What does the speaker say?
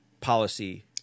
Policy